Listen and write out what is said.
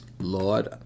Lord